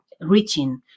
reaching